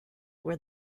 where